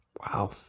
Wow